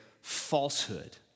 falsehood